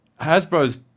Hasbro's